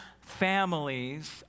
families